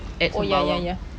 at sembawang